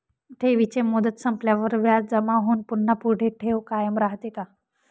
ठेवीची मुदत संपल्यावर व्याज जमा होऊन पुन्हा पुढे ठेव कायम राहते का?